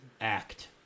act